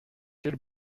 quel